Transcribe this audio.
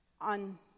On